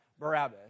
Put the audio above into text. Barabbas